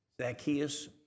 Zacchaeus